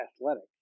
athletic